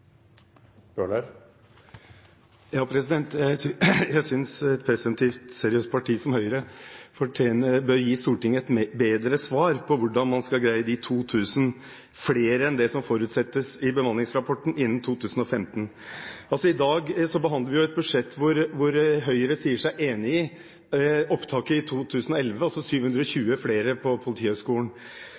Jeg synes presumptivt at et seriøst parti som Høyre bør gi Stortinget et bedre svar på hvordan man skal greie 2 000 flere enn det som forutsettes i bemanningsrapporten, innen 2015. I dag behandler vi et budsjett der Høyre sier seg enig i størrelsen på opptaket i 2011– altså 720 flere på Politihøgskolen.